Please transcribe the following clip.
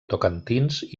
tocantins